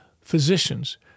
physicians